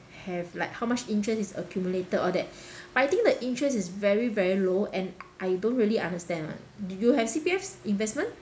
have like how much interest is accumulated all that I think the interest is very very low and I don't really understand [one] do you have C_P_F investment